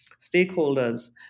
stakeholders